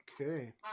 Okay